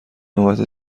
نوبت